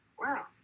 wow